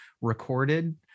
recorded